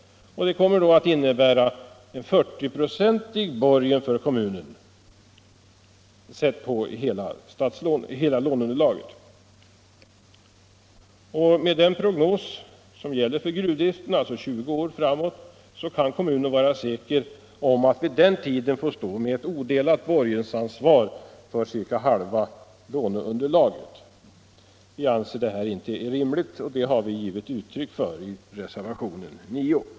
Det kommer att innebära en borgen på 40 96 av hela statslånet för kommunen. Med den prognos som gäller för gruvdriften — alltså 20 års verksamhet — kan kommunen vara säker på att vid den tiden få stå med ett odelat borgensansvar för ca halva lånet. Vi anser inte detta rimligt, och det har vi givit uttryck för i reservationen 9.